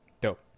Dope